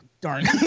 Darn